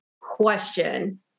question